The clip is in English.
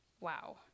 Wow